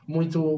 Muito